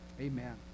Amen